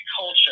culture